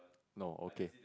no okay